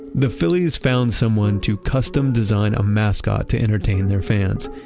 the phillies found someone to custom design a mascot to entertain their fans.